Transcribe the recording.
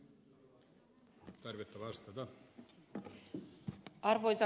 arvoisa puhemies